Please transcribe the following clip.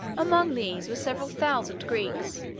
among these were several thousand greeks,